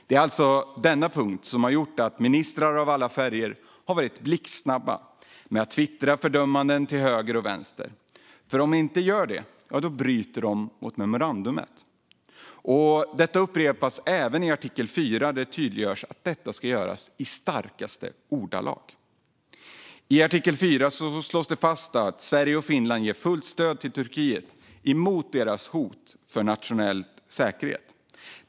Det är alltså denna punkt som har gjort att ministrar av alla färger varit blixtsnabba med att twittra fördömanden till höger och vänster, för om de inte gör det bryter de mot memorandumet. Detta upprepas även i artikel 4 där det tydliggörs att fördömanden ska göras i de starkaste ordalag. I artikel 4 slås fast att Sverige och Finland ger fullt stöd till Turkiet när det gäller hot mot deras nationella säkerhet.